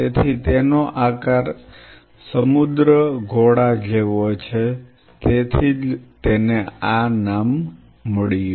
તેથી તેનો આકાર સમુદ્ર ઘોડા જેવો છે તેથી જ તેને આ નામ મળ્યું